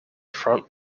front